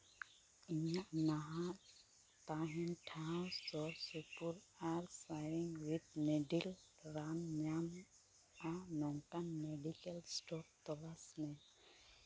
ᱤᱧᱟᱹᱜ ᱱᱟᱦᱟᱜ ᱛᱟᱦᱮᱱ ᱴᱷᱟᱶ ᱥᱩᱨᱼᱥᱩᱯᱩᱨ ᱟᱨ ᱥᱤᱨᱤᱧᱡᱽ ᱩᱭᱤᱛᱷ ᱱᱤᱰᱚᱞ ᱨᱟᱱ ᱧᱟᱢᱚᱜᱼᱟ ᱱᱚᱝᱠᱟᱱ ᱢᱮᱰᱤᱠᱮᱞ ᱥᱴᱳᱨ ᱛᱚᱞᱟᱥ ᱢᱮ